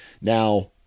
now